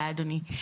תודה, אדוני.